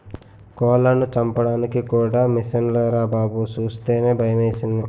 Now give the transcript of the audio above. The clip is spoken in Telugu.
కోళ్లను చంపడానికి కూడా మిసన్లేరా బాబూ సూస్తేనే భయమేసింది